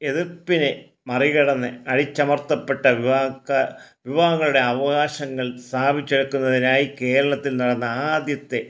എതിർപ്പിനെ മറികടന്ന് അടിച്ചമർത്തപ്പെട്ട വിവാദ വിഭാഗങ്ങളുടെ അവകാശങ്ങൾ സ്ഥാപിച്ചെടുക്കുന്നതിനായി കേരളത്തിൽ നടന്ന ആദ്യത്തെ